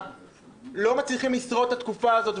לא מצליחים לשרוד את התקופה הזאת,